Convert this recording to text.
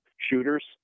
shooters